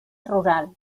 rural